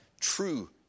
true